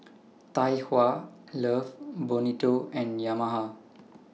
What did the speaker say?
Tai Hua Love Bonito and Yamaha